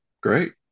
great